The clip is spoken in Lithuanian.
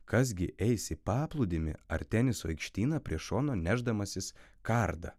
kas gi eis į paplūdimį ar teniso aikštyną prie šono nešdamasis kardą